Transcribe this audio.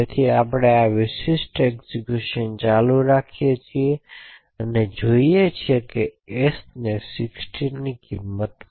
તેથી જ્યારે આપણે આ વિશિષ્ટ એક્ઝેક્યુશન ચાલુ રાખીએ છીએ ત્યારે આપણે જોઈએ છીએ કે s ને 60 ની કિંમત મળશે